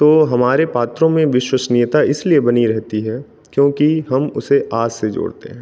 तो हमारे पात्रों में विश्वसनीयता इसलिए बनी रहती है क्योंकि हम उसे आज से जोड़ते हैं